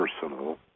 personal